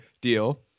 deal